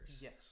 Yes